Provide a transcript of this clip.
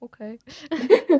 okay